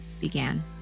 began